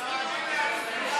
השמיץ אותי,